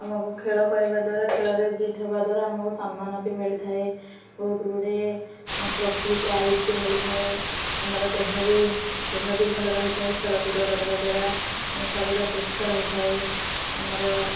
ଆମକୁ ଖେଳ କରିବା ଦ୍ୱାରା ଖେଳରେ ଜିତ୍ ହେବା ଦ୍ୱାରା ଆମକୁ ସମ୍ମାନ ବି ମିଳିଥାଏ ବହୁତ ଗୁଡ଼ିଏ ଟ୍ରଫି ପ୍ରାଇଜ୍ ବି ମିଳିଥାଏ ଆମର ଦେହ ବି ଦେହ ବି ଭଲ ରହିଥାଏ ଖେଳକୁଦ କରିବା ଦ୍ୱାରା ଆମ ଶରୀର ସୁସ୍ଥ ରହିଥାଏ ଆମର